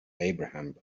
abraham